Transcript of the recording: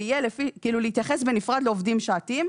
כאילו, להתייחס בנפרד לעובדים שעתיים.